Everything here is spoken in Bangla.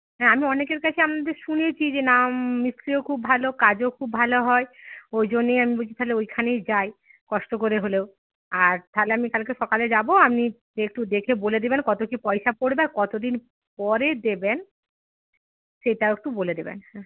হ্যাঁ আমি অনেকের কাছেই আপনাদের শুনেছি যে নাম মিস্ত্রিও খুব ভালো কাজও খুব ভালো হয় ওই জন্যেই আমি বলছি তাহলে ওইখানেই যাই কষ্ট করে হলেও আর তাহলে আমি কালকে সকালে যাবো আপনি একটু দেখে বলে দেবেন কতো কী পয়সা পড়বে আর কতো দিন পরে দেবেন সেটাও একটু বলে দেবেন হ্যাঁ